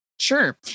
Sure